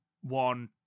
one